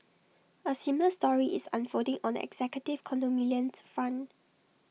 A similar story is unfolding on the executive condominiums front